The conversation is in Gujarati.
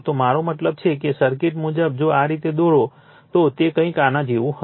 મારો મતલબ છે કે સર્કિટ મુજબ જો આ રીતે દોરો તો તે કંઈક આના જેવું હશે